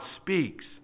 speaks